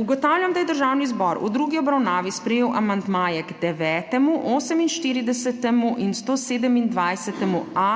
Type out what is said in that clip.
Ugotavljam, da je Državni zbor v drugi obravnavi sprejel amandmaje k 9., 48. in 127.a